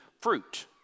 fruit